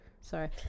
Sorry